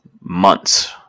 months